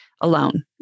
alone